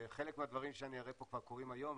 חלק מהדברים שאני אראה פה כבר קורים היום,